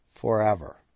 Forever